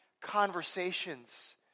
Conversations